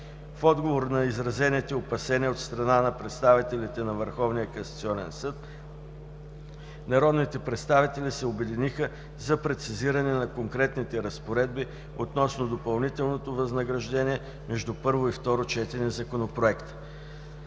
В отговор на изразените опасения от страна на представителите на Върховния касационен съд, народните представители се обявиха за прецизиране на конкретните разпоредби относно допълнителното възнаграждение между първо и второ четене на Законопроекта.